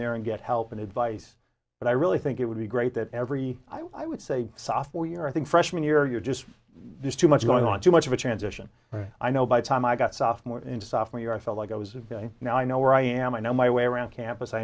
there and get help and advice but i really think it would be great that every i would say sophomore year i think freshman year you're just there's too much going on too much of a transition i know by the time i got sophomore in to soften your i felt like i was now i know where i am i know my way around campus i